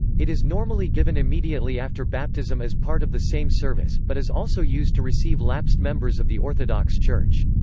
it is normally given immediately after baptism as part of the same service, but is also used to receive lapsed members of the orthodox church.